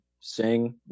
sing